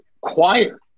choir